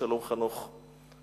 לשלום חנוך,